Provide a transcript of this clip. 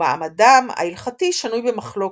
ומעמדם ההלכתי שנוי במחלוקת.